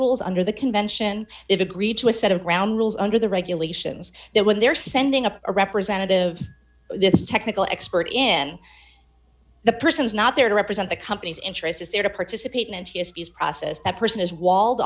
rules under the convention if agreed to a set of ground rules under the regulations that when they're sending a representative this technical expert in the person is not there to represent the company's interest is there to participate in his peace process that person is walled